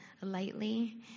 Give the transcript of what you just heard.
lightly